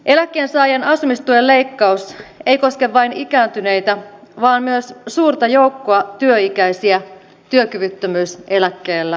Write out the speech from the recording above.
eläkkeensaajien asumistuen leikkaus ei koske vain ikääntyneitä vaan myös suurta joukkoa työikäisiä työkyvyttömyyseläkkeellä olevia